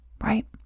right